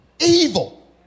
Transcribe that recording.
Evil